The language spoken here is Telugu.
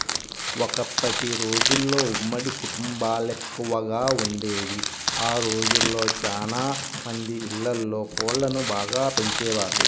ఒకప్పటి రోజుల్లో ఉమ్మడి కుటుంబాలెక్కువగా వుండేవి, ఆ రోజుల్లో చానా మంది ఇళ్ళల్లో కోళ్ళను బాగా పెంచేవాళ్ళు